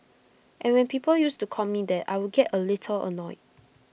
and when people used to call me that I would get A little annoyed